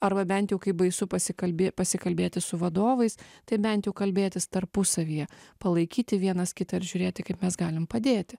arba bent jau kai baisu pasikalbė pasikalbėti su vadovais tai bent jau kalbėtis tarpusavyje palaikyti vienas kitą ir žiūrėti kaip mes galim padėti